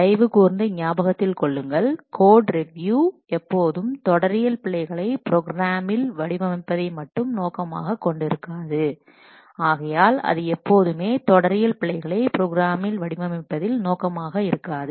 தயவு கூர்ந்து ஞாபகத்தில் கொள்ளுங்கள் கோட்ரிவியூ எப்போதும் தொடரியல் பிழைகளை ப்ரோக்ராமில் வடிவமைப்பதை மட்டும் நோக்கமாகக் கொண்டு இருக்காது ஆகையால் அது எப்போதுமே தொடரியல் பிழைகளை ப்ரோக்ராமில் வடிவமைப்பதில் நோக்கமாக இருக்காது